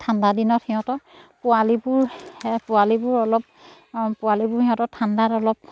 ঠাণ্ডা দিনত সিহঁতৰ পোৱালিবোৰ পোৱালিবোৰ অলপ পোৱালিবোৰ সিহঁতৰ ঠাণ্ডাত অলপ